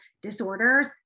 disorders